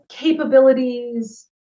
Capabilities